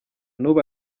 n’ubu